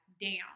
down